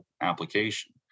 application